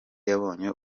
yabonye